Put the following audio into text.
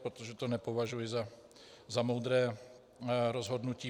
Protože to nepovažuji za moudré rozhodnutí.